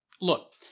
look